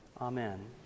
Amen